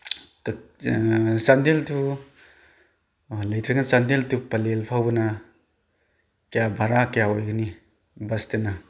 ꯆꯥꯟꯗꯦꯜ ꯇꯨ ꯂꯩꯇ꯭ꯔꯒ ꯆꯥꯟꯗꯦꯜ ꯇꯨ ꯄꯂꯦꯜ ꯐꯥꯎꯕꯅ ꯀꯌꯥ ꯕꯔꯥ ꯀꯌꯥ ꯑꯣꯏꯒꯅꯤ ꯕꯁꯇꯅ